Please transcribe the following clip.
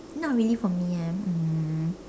not really for me eh um